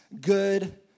good